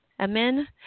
Amen